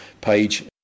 page